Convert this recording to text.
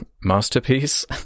masterpiece